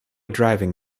driving